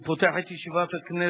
אני פותח את ישיבת הכנסת,